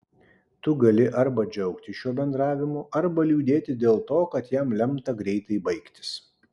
tu gali arba džiaugtis šiuo bendravimu arba liūdėti dėl to kad jam lemta greitai baigtis